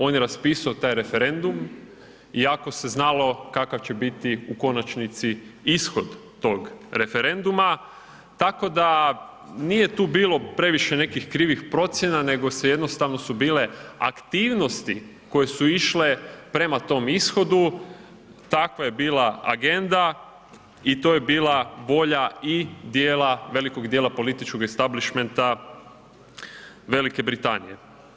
On je raspisao taj referendum iako se znalo kakav će biti u konačnici ishod tog referenduma, tako da nije tu bilo previše nekih krivih procjena nego su jednostavno bile aktivnosti koje su išle prema tom ishodu, takva je bila Agende i to je bila volja i dijela, velikog dijela političkog establishmenta Velike Britanije.